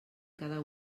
cada